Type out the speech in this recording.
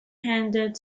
handed